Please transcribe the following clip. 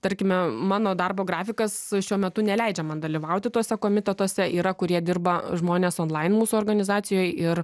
tarkime mano darbo grafikas šiuo metu neleidžiama dalyvauti tuose komitetuose yra kurie dirba žmonės onlain mūsų organizacijoj ir